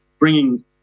bringing